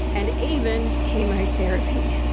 and even chemotherapy.